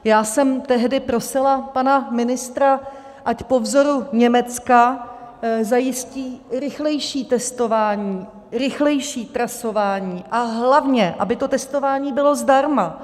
Prosila jsem tehdy pana ministra, ať po vzoru Německa zajistí rychlejší testování, rychlejší trasování, a hlavně aby to testování bylo zdarma.